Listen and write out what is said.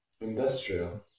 Industrial